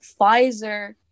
pfizer